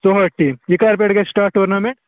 ژُہٲٹھ ٹیٖم یہِ کَر پٮ۪ٹھ گژھِ سِٹاٹ ٹورنامٮ۪نٛٹ